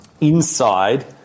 inside